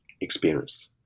experience